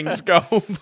go